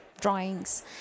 drawings